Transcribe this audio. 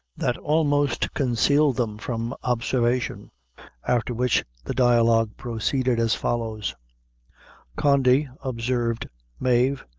that almost concealed them from observation after which the dialogue proceeded as follows condy, observed mave,